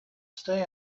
stay